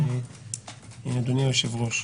אדוני היושב-ראש,